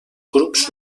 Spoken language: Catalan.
grups